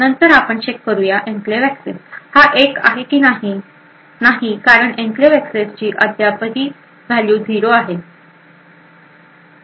नंतर आपण चेक करूया एन्क्लेव्ह एक्सेस हा एक आहे की नाही नाही कारण एन्क्लेव्ह एक्सेस अद्यापही झिरो आहे